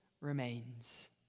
remains